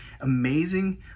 amazing